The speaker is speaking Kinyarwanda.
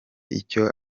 icyo